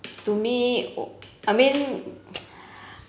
to me I mean